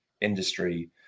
industry